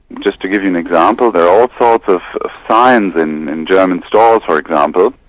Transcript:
just to give you an example, there are all sorts of signs and in german stores, for example,